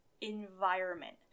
environment